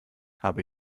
habe